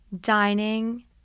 dining